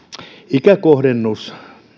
ikäkohdennus